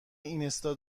اینستا